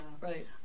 Right